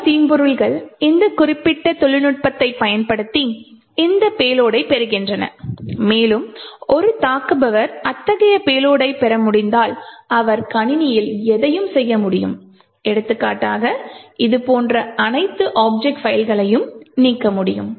பல தீம்பொருள்கள் இந்த குறிப்பிட்ட தொழில்நுட்பத்தை பயன்படுத்தி ஒரு பேலோடைப் பெறுகின்றன மேலும் ஒரு தாக்குபவர் அத்தகைய பேலோடைப் பெற முடிந்தால் அவர் கணினியில் எதையும் செய்ய முடியும் எடுத்துக்காட்டாக இது போன்ற அனைத்து ஆப்ஜெக்ட் பைல்களையும் நீக்க முடியும்